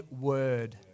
word